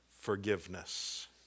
forgiveness